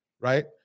right